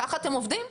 כך אתם עובדים?